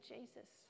Jesus